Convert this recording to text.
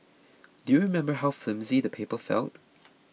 do you remember how flimsy the paper felt